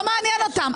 לא מעניין אותם,